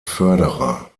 förderer